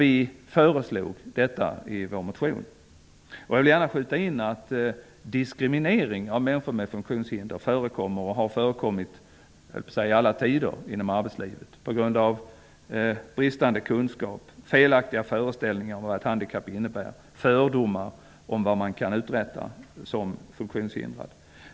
Vi föreslog detta i vår motion. Diskriminering av människor med funktionshinder förekommer och har förekommit i alla tider inom arbetslivet på grund av bristande kunskap, felaktiga föreställningar om vad ett handikapp innebär och fördomar om vad man kan uträtta som funktionshindrad.